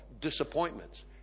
disappointments